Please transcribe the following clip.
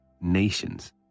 nations